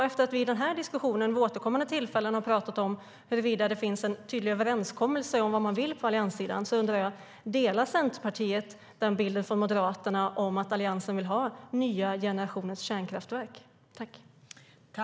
Efter att vi i den här diskussionen vid återkommande tillfällen har pratat om huruvida det finns en tydlig överenskommelse om vad man vill på allianssidan undrar jag: Delar Centerpartiet Moderaternas syn att Alliansen vill ha den nya generationens kärnkraftverk?